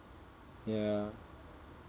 ya